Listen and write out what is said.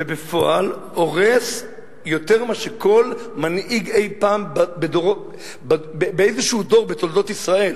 ובפועל הורס יותר מאשר כל מנהיג אי-פעם באיזה דור בתולדות ישראל.